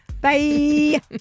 Bye